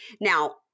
Now